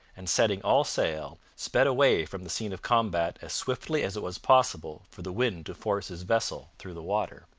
and setting all sail, sped away from the scene of combat as swiftly as it was possible for the wind to force his vessel through the water.